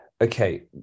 okay